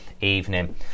evening